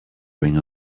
ring